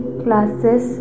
classes